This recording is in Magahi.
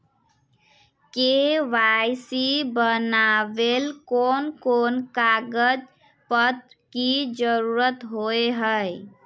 के.वाई.सी बनावेल कोन कोन कागज पत्र की जरूरत होय है?